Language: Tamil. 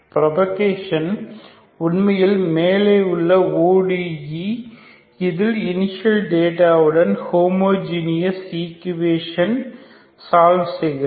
புரோபகேஷன் உண்மையில் மேலே உள்ள ODE இதில் இனிசியல் டேட்டா உடன் ஹோமோஜீனஸ் ஈக்குவேஷன் சால்வ் செய்கிறது